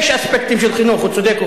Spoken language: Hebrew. אבל אל תתקעו את